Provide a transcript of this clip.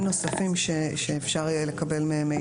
נוספים שאפשר יהיה לקבל מהם מידע באישור.